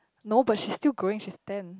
no but she's still growing she's ten